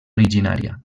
originària